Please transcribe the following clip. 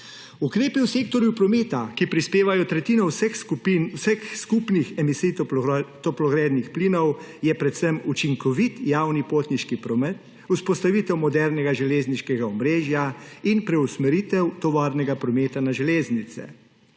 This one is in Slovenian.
Ukrepi v sektorju prometa, ki prispevajo tretjino vseh skupnih emisij toplogrednih plinov, je predvsem učinkovit javni potniški promet, vzpostavitev modernega železniškega omrežja in preusmeritev tovornega prometa na železnice.